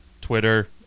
Twitter